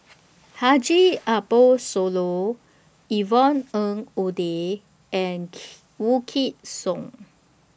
Haji Ambo Sooloh Yvonne Ng Uhde and Wykidd Song